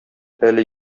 әле